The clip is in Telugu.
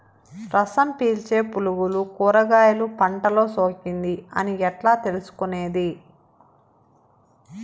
రసం పీల్చే పులుగులు కూరగాయలు పంటలో సోకింది అని ఎట్లా తెలుసుకునేది?